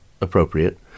appropriate